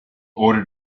order